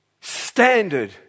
standard